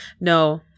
no